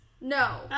No